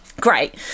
Great